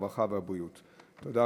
הרווחה והבריאות נתקבלה.